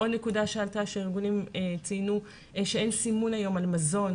עוד נקודה שהארגונים ציינו היא שאין סימון היום על מזון